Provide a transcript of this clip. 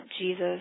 Jesus